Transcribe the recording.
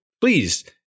please